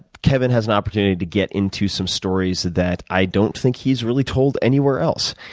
kevin has an opportunity to get into some stories that i don't think he's really told anywhere else,